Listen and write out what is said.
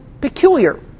peculiar